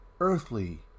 earthly